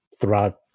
throughout